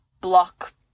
block